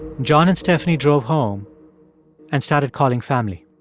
john and stephanie drove home and started calling family